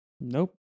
Nope